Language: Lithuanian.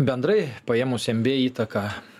bendrai paėmus nba įtaką